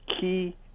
key